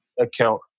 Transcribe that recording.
account